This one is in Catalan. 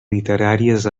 literàries